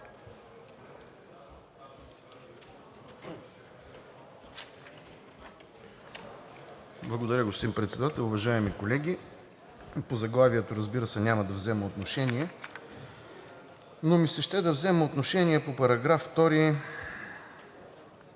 Благодаря, господин Председател. Уважаеми колеги, по заглавието, разбира се, няма да взема отношение, но ми се ще да взема отношение по § 2,